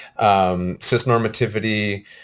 Cisnormativity